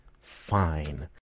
fine